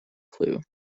clue